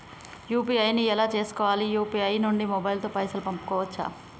UPI ను ఎలా చేస్కోవాలి యూ.పీ.ఐ నుండి మొబైల్ తో పైసల్ పంపుకోవచ్చా?